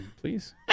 Please